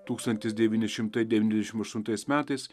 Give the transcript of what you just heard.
tūkstantis devyni šimtai devyniasdešim aštuntais metais